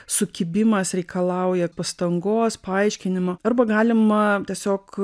sukibimas reikalauja pastangos paaiškinimo arba galima tiesiog